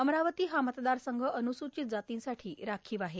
अमरावती हा मतदारसंघ अनुसूचित जातींसाठी राखीव आहे